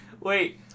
Wait